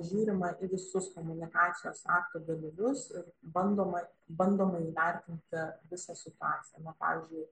žiūrima į visus komunikacijos akto dalyvius ir bandoma bandoma įvertinti visą situaciją na pavyzdžiui